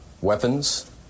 weapons